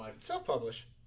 Self-publish